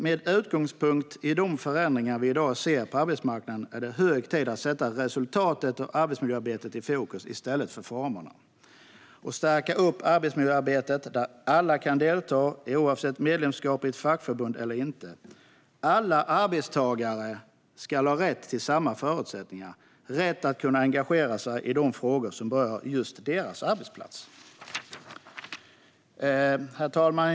Med utgångspunkt i de förändringar vi i dag ser på arbetsmarknaden är det hög tid att sätta resultatet av arbetsmiljöarbetet i fokus i stället för formerna och att stärka ett arbetsmiljöarbete där alla kan delta, oavsett medlemskap i ett fackförbund. Alla arbetstagare ska ha rätt till samma förutsättningar och rätt att engagera sig i de frågor som berör just deras arbetsplats. Herr talman!